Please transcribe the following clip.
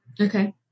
Okay